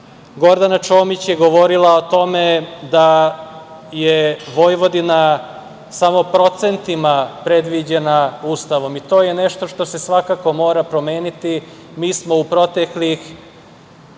Čomić je govorila o tome da je Vojvodina samo procentima predviđena Ustavom i to je nešto što se svakako mora promeniti. Mi smo u proteklih,